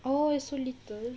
oh it's so little